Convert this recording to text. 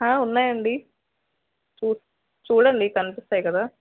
హ ఉన్నాయి అండి చూడండి కనిపిస్తాయి కదా